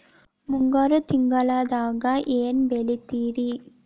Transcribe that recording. ಮುಂಗಾರು ತಿಂಗಳದಾಗ ಏನ್ ಬೆಳಿತಿರಿ?